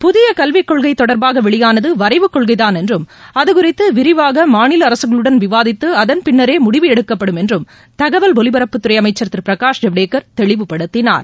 புதிய கல்விக் கொள்கை தொடர்பாக வெளியானது வரைவுக்கொள்கைதாள் என்றும் அது குறித்து விரிவாக மாநில அரசுகளுடன் விவாதித்து அதன் பிறகே முடிவு எடுக்கப்படும் என்றும் தகவல் ஒலிபரப்புத்துறை அமைச்சர் திரு பிரகாஷ் ஜவடேகர் தெளிவுப்படுத்தினார்